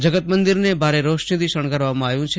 જગતમંદિરને ભારે રોશનીથી શણગારવામાં આવ્યું છે